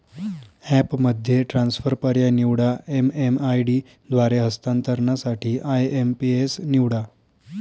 ॲपमध्ये ट्रान्सफर पर्याय निवडा, एम.एम.आय.डी द्वारे हस्तांतरणासाठी आय.एम.पी.एस निवडा